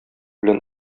белән